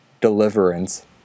Deliverance